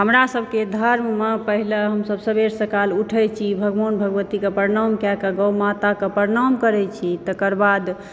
हमरा सबके धर्ममे पहिले हमसब सबेर सकाल उठै छी भगवान भगवतीके प्रणाम कए कऽ गौ माताकऽ प्रणाम करै छी तकर बाद